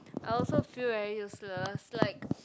I also feel very useless like